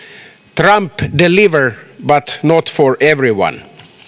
trump delivers but not for everyone